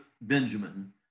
Benjamin